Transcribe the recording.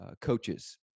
coaches